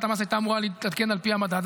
המס הייתה אמורה להתעדכן על פי המדד,